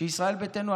ישראל ביתנו,